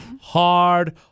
hard